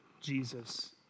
Jesus